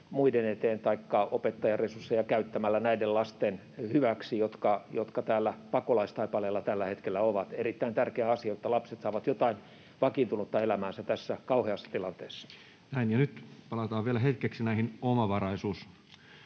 muiden eteen, taikka käyttämällä opettajaresursseja näiden lasten hyväksi, jotka täällä pakolaistaipaleella tällä hetkellä ovat. Erittäin tärkeä asia, jotta lapset saavat jotain vakiintunutta elämäänsä tässä kauheassa tilanteessa. [Speech 57] Speaker: Toinen varapuhemies